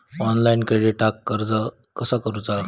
Online क्रेडिटाक अर्ज कसा करुचा?